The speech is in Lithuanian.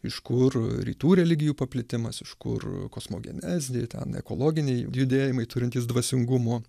iš kur rytų religijų paplitimas iš kur kosmogenezė ten ekologiniai judėjimai turintys dvasingumo